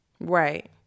Right